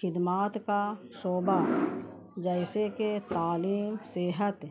خدمات کا شعبہ جیسے کہ تعلیم صحت